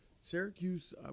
Syracuse